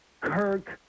Kirk